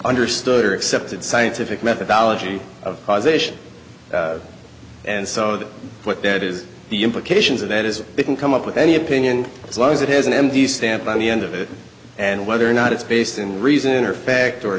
understood or accepted scientific methodology of causation and so that what that is the implications of that is they can come up with any opinion as long as it has an empty stamp on the end of it and whether or not it's based in reason or fact or